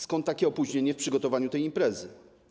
Skąd takie opóźnienie w przygotowaniu tej imprezy?